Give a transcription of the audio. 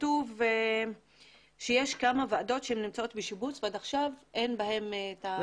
כתוב שיש כמה ועדות שנמצאות בשיבוץ ועד עכשיו אין בהם את החברים.